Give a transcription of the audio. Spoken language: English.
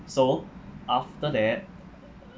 so after that